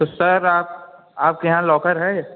तो सर आप आपके यहाँ लॉकर है